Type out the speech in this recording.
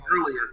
earlier